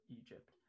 Egypt